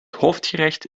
hoofdgerecht